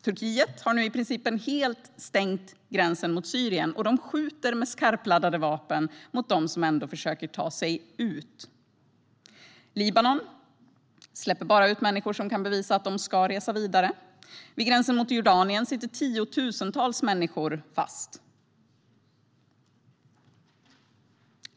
Turkiet har i princip helt stängt gränsen mot Syrien och skjuter med skarpladdade vapen mot dem som ändå försöker ta sig ut. Libanon släpper bara ut människor som kan bevisa att de ska resa vidare. Vid gränsen mot Jordanien sitter tiotusentals människor fast.